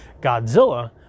Godzilla